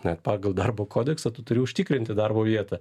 na pagal darbo kodeksą tu turi užtikrinti darbo vietą